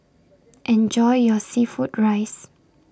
Enjoy your Seafood Rice